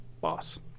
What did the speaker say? boss